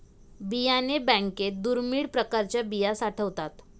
बियाणे बँकेत दुर्मिळ प्रकारच्या बिया साठवतात